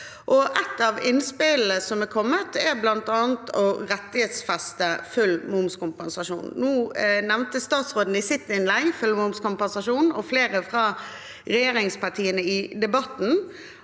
Et av innspillene som er kommet, er bl.a. å rettighetsfeste full momskompensasjon. Nå nevnte statsråden i sitt innlegg full momskompensasjon, og flere fra regjeringspartiene i debatten